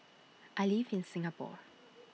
I live in Singapore